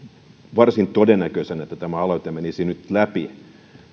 varsin todennäköisenä että tämä aloite menisi nyt läpi